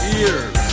ears